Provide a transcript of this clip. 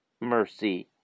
mercy